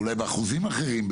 אולי באחוזים אחרים,